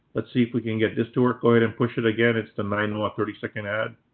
let's see if we can get this to work right and push it again. it's the nainoa thirty second ad.